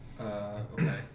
Okay